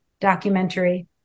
documentary